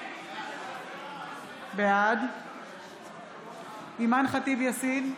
בעד אימאן ח'טיב יאסין,